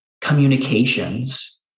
communications